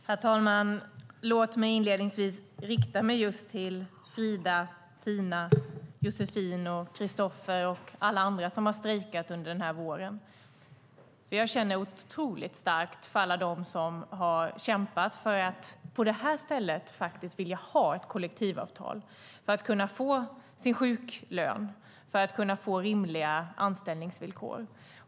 Herr talman! Låt mig inledningsvis rikta mig just till Frida, Tina, Josefin, Kristoffer och alla andra som har strejkat under den här våren. Jag känner otroligt starkt för alla som har kämpat för att på det här stället faktiskt få ett kollektivavtal för att de ska kunna få sin sjuklön och för att de ska kunna få rimliga anställningsvillkor.